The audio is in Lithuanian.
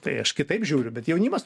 tai aš kitaip žiūriu bet jaunimas